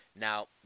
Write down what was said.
Now